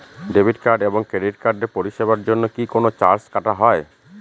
Debit card এবং credit কার্ডের পরিষেবার জন্য কি কোন চার্জ কাটা হয়?